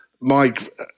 Mike